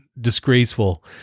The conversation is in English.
disgraceful